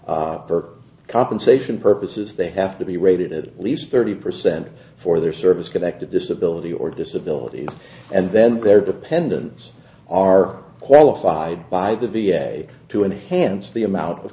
pension compensation purposes they have to be rated at least thirty percent for their service connected disability or disability and then their dependents are qualified by the v a to enhance the amount of